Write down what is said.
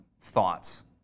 thoughts